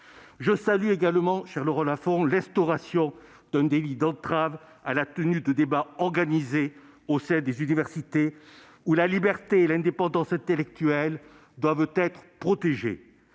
Je salue également, cher Laurent Lafon, l'instauration d'un délit d'entrave à la tenue de débats organisés au sein des universités, où la liberté et l'indépendance intellectuelle doivent être protégées.